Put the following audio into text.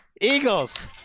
Eagles